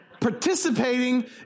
Participating